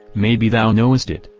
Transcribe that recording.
maybe thou knowest it,